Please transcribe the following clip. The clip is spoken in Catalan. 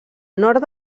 nord